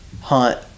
hunt